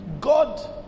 God